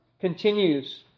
continues